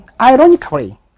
Ironically